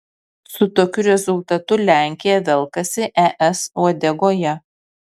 su tokiu rezultatu lenkija velkasi es uodegoje